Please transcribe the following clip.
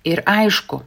ir aišku